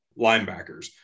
linebackers